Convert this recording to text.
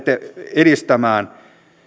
edistämään